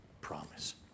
promise